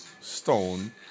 Stone